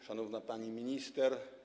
Szanowna Pani Minister!